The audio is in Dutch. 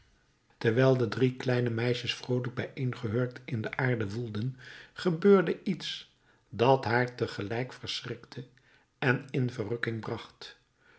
terwijl de drie kleine meisjes vroolijk bijeengehurkt in de aarde woelden gebeurde iets dat haar tegelijk verschrikte en in